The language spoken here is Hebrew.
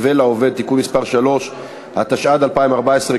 והוועדה המוסמכת לדון בהצעת החוק הזאת